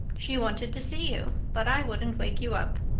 she wanted to see you, but i wouldn't wake you up.